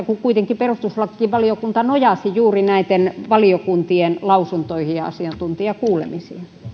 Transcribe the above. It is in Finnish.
kun kuitenkin perustuslakivaliokunta nojasi juuri muiden valiokuntien lausuntoihin ja asiantuntijakuulemisiin